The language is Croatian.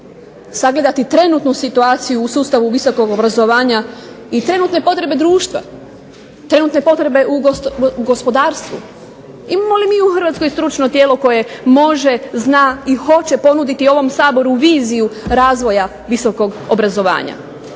sagledati trenutnu situaciju u sustavu visokog obrazovanja i trenutne potrebe društva, u gospodarstvu, imamo li mi u Hrvatskoj stručno tijelo koje može, hoće zna ponuditi ovom Saboru viziju razvoja visokog obrazovanja.